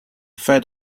fed